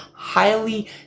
highly